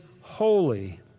holy